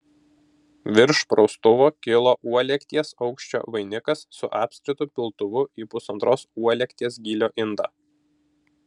virš praustuvo kilo uolekties aukščio vainikas su apskritu piltuvu į pusantros uolekties gylio indą